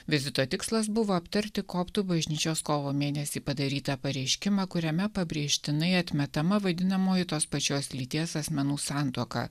vizito tikslas buvo aptarti koptų bažnyčios kovo mėnesį padarytą pareiškimą kuriame pabrėžtinai atmetama vadinamoji tos pačios lyties asmenų santuoka